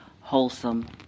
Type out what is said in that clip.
wholesome